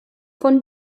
von